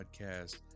podcast